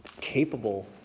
capable